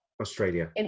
Australia